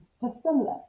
dissimilar